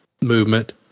movement